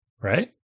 right